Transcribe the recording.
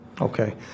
Okay